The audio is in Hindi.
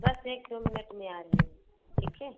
बस एक दो मिनट में आ रहे हैं ठीक है